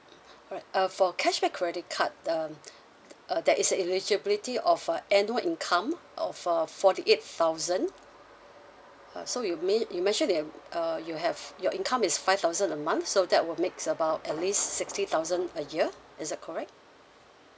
alright uh for cashback credit card um uh there is eligibility of a annual income of a forty eight thousand uh so you may you mentioned that uh you have your income is five thousand a month so that will makes about at least sixty thousand a year is it correct